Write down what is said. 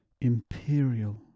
Imperial